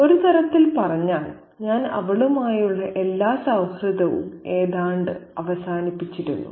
ഒരു തരത്തിൽ പറഞ്ഞാൽ ഞാൻ അവളുമായുള്ള എല്ലാ സൌഹൃദവും ഏതാണ്ട് അവസാനിപ്പിച്ചിരുന്നു